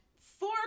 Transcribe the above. four